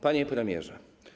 Panie Premierze!